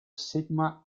sigma